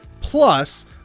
plus